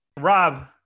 Rob